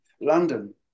London